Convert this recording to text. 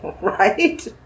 Right